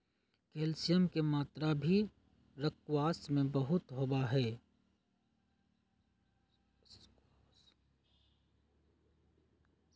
calcium के मात्रा भी स्क्वाश में बहुत होबा हई